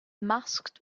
masked